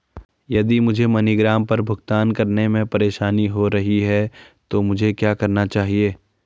यदि मुझे मनीग्राम पर भुगतान करने में परेशानी हो रही है तो मुझे क्या करना चाहिए?